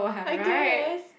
I guess